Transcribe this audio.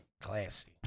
Classy